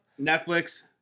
netflix